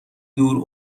دور